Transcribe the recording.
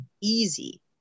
easy